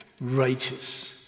righteous